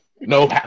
No